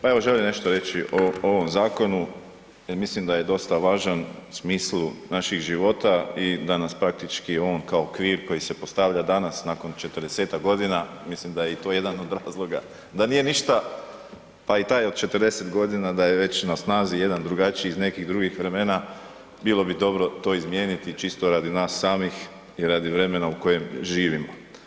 Pa evo želim nešto reći o ovom zakonu jer mislim da je dosta važan u smislu naših života i da nas praktički on kao okvir koji se postavlja danas nakon 40-tak godina, mislim da je i to jedan od razloga, da nije ništa, pa i taj od 40 godina da je već na snazi jedan drugačiji iz nekih drugih vremena bilo bi dobro to izmijeniti, čisto radi nas samih i radi vremena u kojem živimo.